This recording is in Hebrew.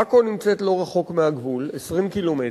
עכו נמצאת לא רחוק מהגבול, 20 קילומטר.